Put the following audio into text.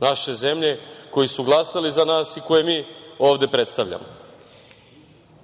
naše zemlje koji su glasali za nas i koje mi ovde predstavljamo. Sve